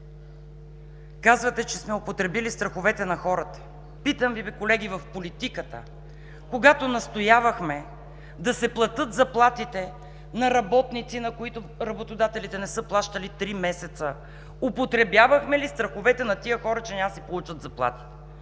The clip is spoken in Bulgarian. Казвате, че сме употребили страховете на хората. Питам Ви бе, колеги в политиката, когато настоявахме да се платят заплатите на работници, на които работодателите не са плащали три месеца, употребявахме ли страховете на тези хора, че няма да си получат заплатите?